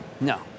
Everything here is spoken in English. No